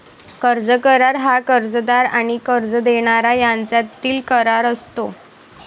कर्ज करार हा कर्जदार आणि कर्ज देणारा यांच्यातील करार असतो